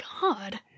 god